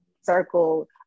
circle